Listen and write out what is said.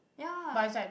ya